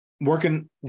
working